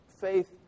Faith